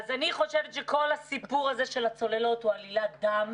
אז אני חושבת שכל הסיפור הזה של הצוללות הוא עלילת דם